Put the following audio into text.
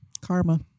Karma